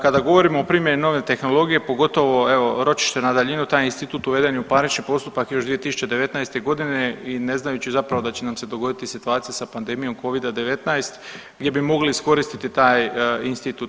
Kada govorimo o primjeni nove tehnologije, pogotovo evo ročište na daljinu taj institut uveden je u parnični postupak još 2019.g. i ne znajući zapravo da će nam se dogoditi situacija sa panedmijom covida-19 gdje bi mogli iskoristiti taj institut.